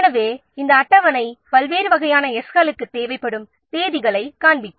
எனவே இந்த அட்டவணை பல்வேறு வகையான 's' களுக்கு தேவைப்படும் தேதிகளைக் காண்பிக்கும்